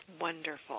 Wonderful